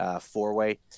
four-way